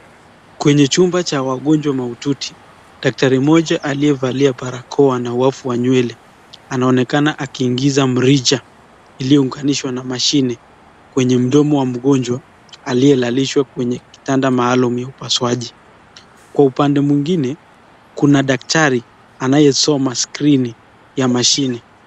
Kwenye chumba cha wagonjwa maututi. Daktari moja aliyevalia barakoa na wavu wa nywele anaonekana akiingiza mrija iliyounganishwa na mashini kwenye mdomo wa mgonjwa aliyelalishwa kwenye kitanda maalum ya upasuaji. Kwa upande mwingine kuna daktari anayesoma skrini ya mashini.